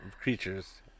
creatures